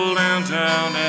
downtown